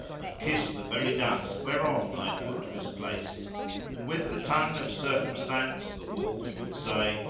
and kiss the very dust whereon thy foot was placed and with the tongue of circumstance the walls would say,